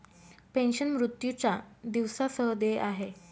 pension, मृत्यूच्या दिवसा सह देय आहे